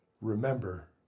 Remember